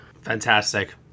Fantastic